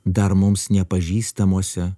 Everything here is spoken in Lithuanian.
dar mums nepažįstamuose